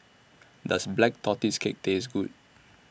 Does Black Tortoise Cake Taste Good